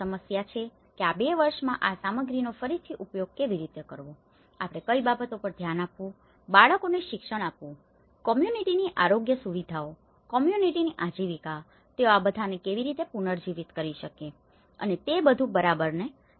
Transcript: અને આ સમસ્યાઓ છે કે આ બે વર્ષોમાં આ સામગ્રીનો ફરીથી ઉપયોગ કેવી રીતે કરવો આપણે કઈ બાબતો પર ધ્યાન આપવું બાળકોને શિક્ષણ આપવું કોમ્યુનીટીની આરોગ્ય સુવિધાઓ કોમ્યુનીટીની આજીવિકા તેઓ આ બધાને કેવી રીતે પુનર્જીવિત કરી શકે અને તે બધુ બરાબર ને